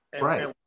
Right